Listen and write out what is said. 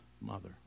mother